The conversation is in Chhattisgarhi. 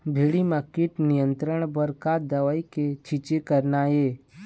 भिंडी म कीट नियंत्रण बर का दवा के छींचे करना ये?